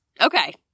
Okay